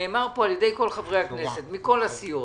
נאמר על-ידי כל חברי כנסת מכל הסיעות.